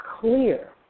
clear